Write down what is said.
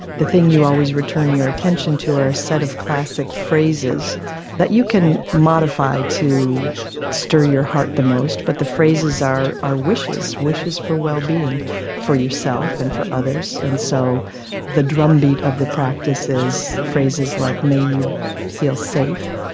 the thing you always return your attention to are a set of classic phrases that you can modify to stir your heart the most. but the phrases are are wishes, wishes for well-being for yourself and for others. and so the drumbeat of the practice is phrases like may you feel safe,